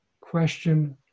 question